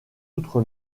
outre